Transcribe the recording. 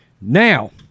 Now